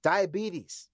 Diabetes